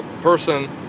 person